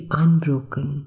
unbroken